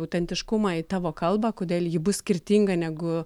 autentiškumą į tavo kalbą kodėl ji bus skirtinga negu